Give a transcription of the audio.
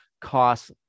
costs